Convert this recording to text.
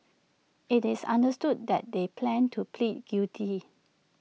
IT is understood that they plan to plead guilty